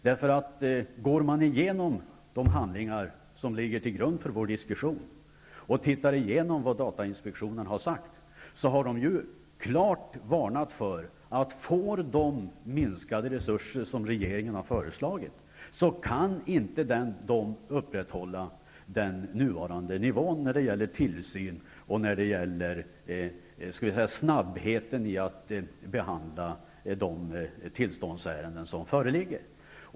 När man går igenom de handlingar som ligger till grund för vår diskussion och vad datainspektionen har uttalat, finner man en klar varning för att om datainspektionen får minskade resurser, som regeringen har föreslagit, kan inspektionen inte upprätthålla den nuvarande nivån när det gäller tillsyn och snabbheten i att behandla de tillståndsärenden som föreligger.